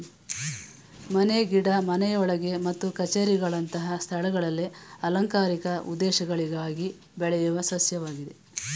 ಮನೆ ಗಿಡ ಮನೆಯೊಳಗೆ ಮತ್ತು ಕಛೇರಿಗಳಂತ ಸ್ಥಳದಲ್ಲಿ ಅಲಂಕಾರಿಕ ಉದ್ದೇಶಗಳಿಗಾಗಿ ಬೆಳೆಯೋ ಸಸ್ಯವಾಗಿದೆ